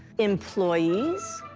employees,